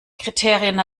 kriterien